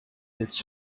its